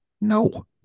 No